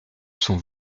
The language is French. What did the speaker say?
son